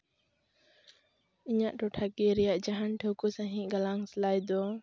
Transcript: ᱤᱧᱟᱹᱜ ᱴᱚᱴᱷᱟᱠᱤᱭᱟᱹ ᱨᱮᱱᱟᱜ ᱡᱟᱦᱟᱱ ᱴᱷᱟᱹᱣᱠᱟᱹ ᱥᱟᱺᱦᱤᱡ ᱜᱟᱞᱟᱝ ᱥᱮᱞᱟᱭ ᱫᱚ